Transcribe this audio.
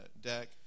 deck